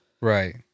Right